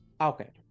Okay